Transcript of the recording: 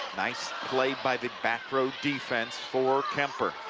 nice play by the back row defense for kuemper.